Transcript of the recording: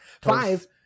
Five